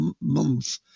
month